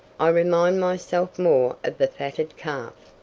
i remind myself more of the fatted calf.